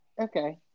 Okay